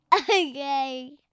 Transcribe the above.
Okay